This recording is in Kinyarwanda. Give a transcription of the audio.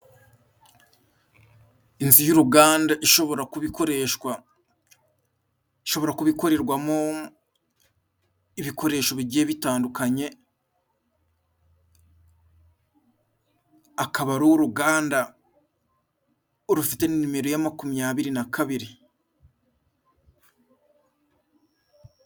Inzu y'uruganda ishobora kuba ikoreshwa. Ishobora kuba ikorerwamo ibikoresho bigiye bitandukanye, akaba ari uruganda rufite nomero ya makumyabiri na kabiri.